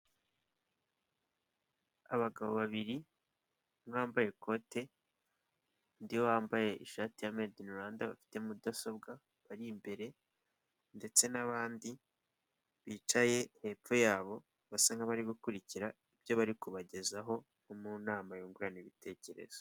Abagabo babiri, umwe wambaye ikote, undi wambaye ishati ya made in Rwanda, bafite mudasobwa bari imbere, ndetse n'abandi bicaye hepfo yabo, basa nk'abari gukurikira ibyo bari kubagezaho, nko mu nama yungurana ibitekerezo.